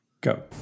go